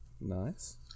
nice